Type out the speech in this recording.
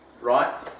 Right